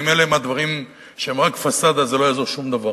אלה דברים שהם רק פסאדה, זה לא יעזור שום דבר.